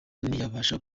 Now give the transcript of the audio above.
ntiyabasha